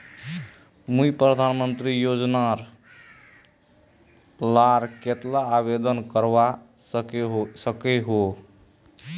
मुई प्रधानमंत्री योजना लार केते आवेदन करवा सकोहो ही?